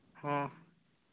ᱦᱮᱸ